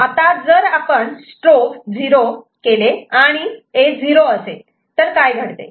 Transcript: आता जर आपण स्ट्रोब 0 आणि A 0 असेल तर काय घडते